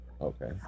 Okay